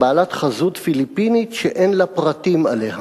"בעלת חזות פיליפינית שאין לה פרטים עליה".